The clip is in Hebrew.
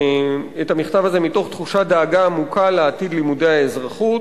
"את המכתב הזה מתוך תחושת דאגה עמוקה לעתיד לימודי האזרחות",